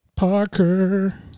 Parker